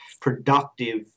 productive